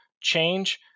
change